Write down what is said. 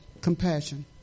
compassion